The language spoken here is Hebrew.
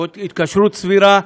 התקשרות סבירה,